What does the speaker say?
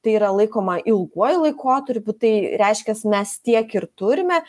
tai yra laikoma ilguoju laikotarpiu tai reiškias mes tiek ir turime